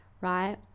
right